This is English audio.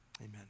amen